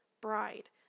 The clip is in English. bride